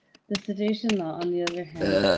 the sedition law, on the other hand,